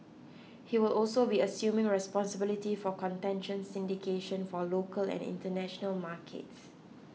he will also be assuming responsibility for contention syndication for local and international markets